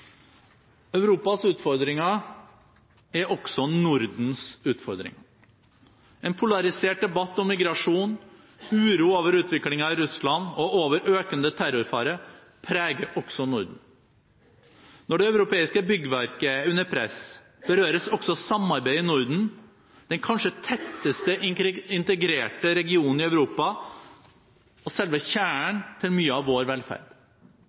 Europas utfordringer er også Nordens utfordringer. En polarisert debatt om migrasjon, uro over utviklingen i Russland og uro over økende terrorfare preger også Norden. Når det europeiske byggverket er under press, berøres også samarbeidet i Norden, den kanskje tettest integrerte regionen i Europa og selve kjernen til mye av vår velferd.